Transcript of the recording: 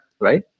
Right